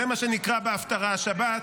זה מה שנקרא בהפטרה השבת,